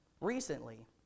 recently